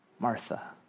Martha